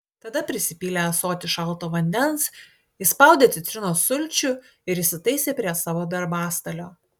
tada prisipylė ąsotį šalto vandens įspaudė citrinos sulčių ir įsitaisė prie savo darbastalio